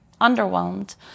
underwhelmed